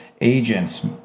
agents